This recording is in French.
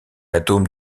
atome